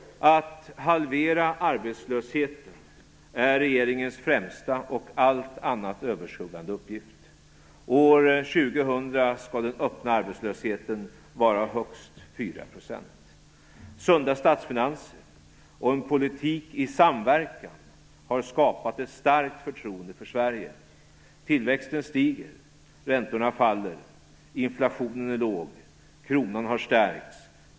Att halvera arbetslösheten är regeringens främsta och allt annat överskuggande uppgift. År 2000 skall den öppna arbetslösheten vara högst 4 %. Sunda statsfinanser och en politik i samverkan har skapat ett starkt förtroende för Sverige. Tillväxten stiger. Räntorna faller. Inflationen är låg. Kronan har stärkts.